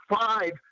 five